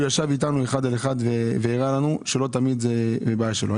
שישב איתנו אחד על אחד והראה לנו שלא תמיד זאת בעיה שלו.